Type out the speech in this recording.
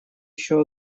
еще